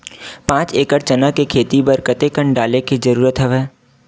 पांच एकड़ चना के खेती बर कते कन डाले के जरूरत हवय?